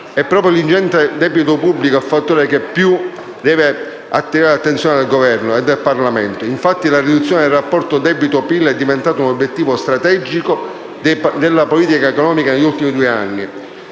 È proprio l'ingente debito pubblico il fattore che più deve attirare l'attenzione del Governo e del Parlamento: infatti, la riduzione del rapporto debito/PIL è diventato un obiettivo strategico della politica economica degli ultimi due anni.